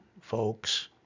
folks